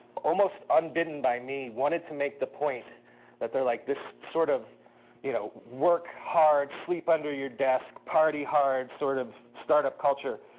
almost unbidden by me, wanted to make the point that they're like this sort of you know work hard, sleep under your desk, party hard sort of startup culture,